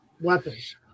weapons